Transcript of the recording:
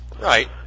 Right